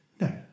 No